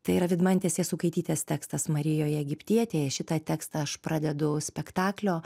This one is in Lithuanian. tai yra vidmantės jasukaitytės tekstas marijoje egiptietėj šitą tekstą aš pradedu spektaklio